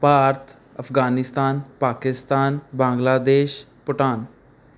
Bharat Afghanistan Pakistan Bangladesh Bhutan